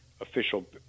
official